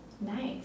Nice